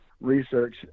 research